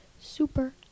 super